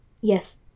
yes